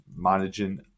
Managing